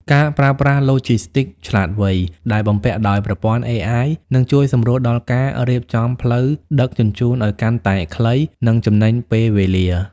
ការប្រើប្រាស់ "ឡូជីស្ទីកឆ្លាតវៃ" ដែលបំពាក់ដោយប្រព័ន្ធ AI នឹងជួយសម្រួលដល់ការរៀបចំផ្លូវដឹកជញ្ជូនឱ្យកាន់តែខ្លី និងចំណេញពេលវេលា។